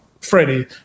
Freddie